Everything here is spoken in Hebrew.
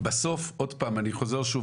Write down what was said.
בסוף עוד פעם אני חוזר שוב,